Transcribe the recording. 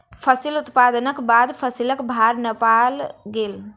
फसिल उत्पादनक बाद फसिलक भार नापल गेल